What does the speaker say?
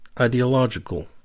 ideological